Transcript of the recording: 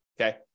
okay